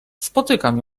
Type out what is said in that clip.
spotykam